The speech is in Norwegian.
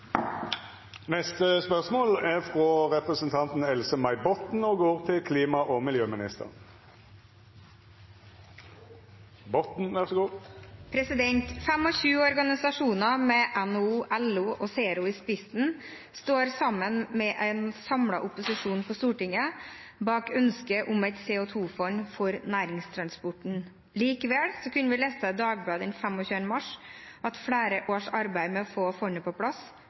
organisasjoner, med NHO, LO og Zero i spissen, står sammen med en samlet opposisjon på Stortinget bak ønsket om et CO 2 -fond for næringstransport. Likevel kunne vi lese i Dagbladet den 25. mars at flere års arbeid med å få fondet på plass